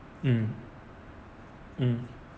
mm mm